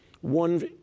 one